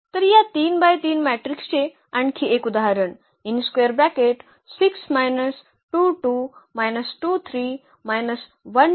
तर या 3 बाय 3 मॅट्रिक्सचे आणखी एक उदाहरण